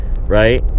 right